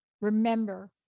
Remember